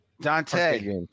Dante